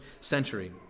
century